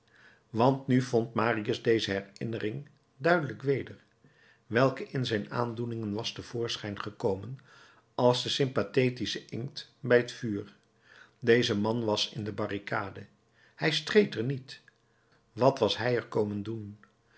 want nu vond marius deze herinnering duidelijk weder welke in zijn aandoeningen was te voorschijn gekomen als de sympathetische inkt bij het vuur deze man was in de barricade hij streed er niet wat was hij er komen doen